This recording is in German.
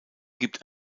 gibt